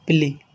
పిల్లి